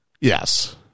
Yes